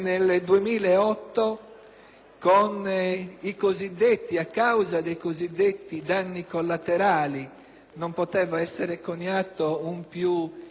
che nel 2008, a causa dei cosiddetti danni collaterali (non poteva essere coniato un più cinico eufemismo),